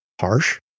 harsh